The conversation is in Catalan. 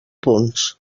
punts